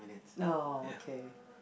oh okay